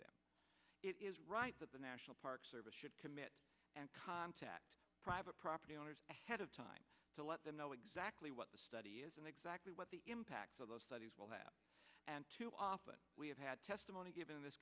them it is right that the national park service should commit and contact private property owners ahead of time to let them know exactly what the study is and exactly what the impact of those studies will have and too often we have had testimony given this